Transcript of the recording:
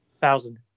Thousand